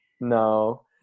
No